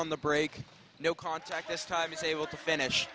on the break no contact this time is able to finish